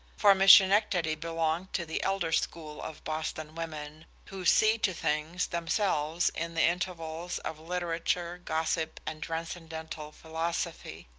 for miss schenectady belonged to the elder school of boston women, who see to things themselves in the intervals of literature, gossip, and transcendental philosophy.